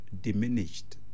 diminished